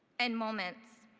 and moments.